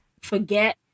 forget